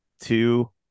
two